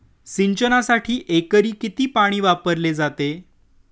सिंचनासाठी एकरी किती पाणी वापरले जाते?